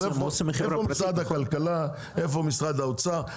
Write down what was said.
אז איפה משרד הכלכלה, איפה משרד האוצר?